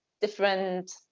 different